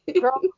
Girl